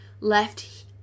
Left